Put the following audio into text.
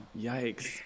Yikes